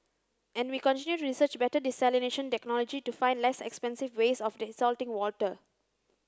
and we continue to research better desalination technology to find less expensive ways of desalting water